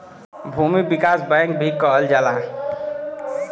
भूमि विकास बैंक भी कहल जाला